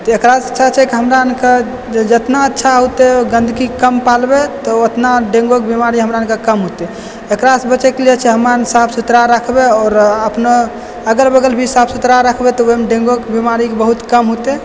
तऽ एकरासँ अच्छा छै हमरा आनके जेतना अच्छा होतै गन्दगी कम पालबै तऽ ओतना डेंगु आरके बीमारी कम होतै एकरासँ बचैके लिए छै हमरा आन साफ सुथड़ा रखबै आओर अपनो अगल बगल भी साफ सुथड़ा रखबै तऽ ओइमे डेंगुके बीमारी बहुत कम होतै